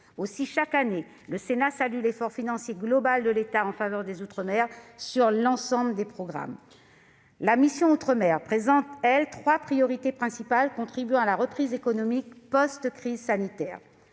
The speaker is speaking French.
Aussi, chaque année, le Sénat salue l'effort financier global de l'État en faveur des outre-mer sur l'ensemble des programmes. La mission « Outre-mer » définit trois priorités principales, afin de contribuer à la reprise économique qui suivra la crise sanitaire.